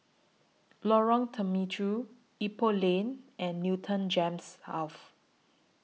Lorong Temechut Ipoh Lane and Newton Gems